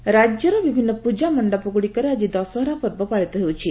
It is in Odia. ଦଶହରା ରାକ୍ୟର ବିଭିନ୍ନ ପୂଜା ମଣ୍ତପଗୁଡ଼ିକରେ ଆଜି ଦଶହରା ପର୍ବ ପାଳିତ ହେଉଛି